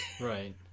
right